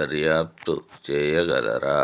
దర్యాప్తు చేయగలరా